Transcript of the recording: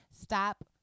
stop